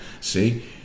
see